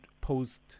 post